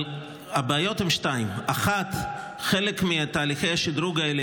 אבל הבעיות הן שתיים: 1. חלק מתהליכי השדרוג האלה,